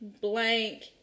blank